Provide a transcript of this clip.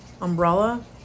umbrella